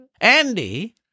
Andy